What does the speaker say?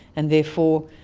and therefore.